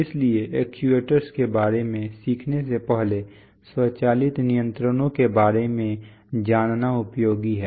इसलिए एक्चुएटर्स के बारे में सीखने से पहले स्वचालित नियंत्रणों के बारे में जानना उपयोगी है